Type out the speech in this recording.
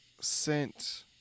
sent